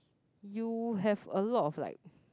you have a lot of like